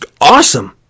awesome